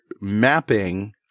mapping